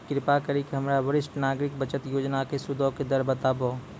कृपा करि के हमरा वरिष्ठ नागरिक बचत योजना के सूदो के दर बताबो